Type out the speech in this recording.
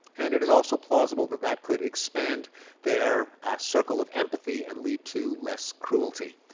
and it is also plausible that that could expand their circle of empathy and lead to less cruelty.